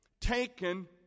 taken